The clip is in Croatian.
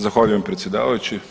Zahvaljujem predsjedavajući.